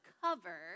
cover